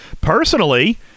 Personally